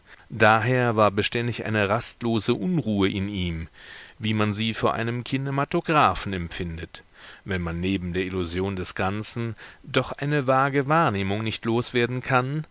daher war beständig eine rastlose unruhe in ihm wie man sie vor einem kinematographen empfindet wenn man neben der illusion des ganzen doch eine vage wahrnehmung nicht loswerden kann